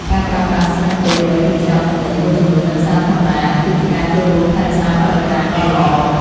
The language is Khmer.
ការប្រើប្រាស់ស្លឹកចេកដើម្បីវេចខ្ចប់ទំនិញមួយចំនួននៅផ្សារធម្មតាគឺជាការចូលរួមថែរក្សាបរិស្ថានដ៏ល្អ។